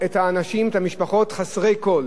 רק עם בגדם לעורם,